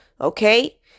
okay